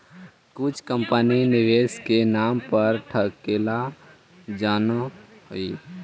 कुछ कंपनी निवेश के नाम पर ठगेला जानऽ हइ